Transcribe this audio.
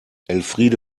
elfriede